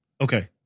okay